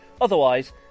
Otherwise